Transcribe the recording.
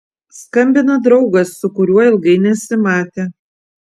skambina draugas su kuriuo ilgai nesimatė